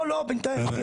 לא, לא בינתיים לא.